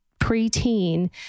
preteen